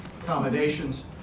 accommodations